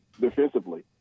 defensively